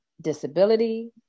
disability